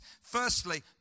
Firstly